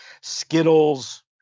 Skittles